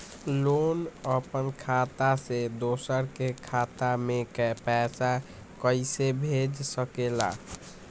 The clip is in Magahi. लोग अपन खाता से दोसर के खाता में पैसा कइसे भेज सकेला?